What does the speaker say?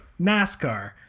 nascar